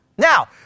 Now